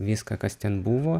viską kas ten buvo